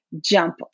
jump